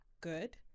good